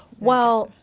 well,